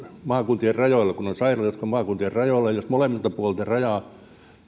maakuntien rajoilla kun on sairaaloita jotka ovat maakuntien rajoilla ja jos molemmilta puolilta rajaa